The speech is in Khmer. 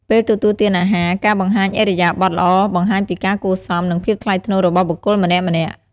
ពេលទទួលទានអាហារការបង្ហាញឥរិយាបថល្អបង្ហាញពីការគួរសម និងភាពថ្លៃថ្នូររបស់បុគ្គលម្នាក់ៗ។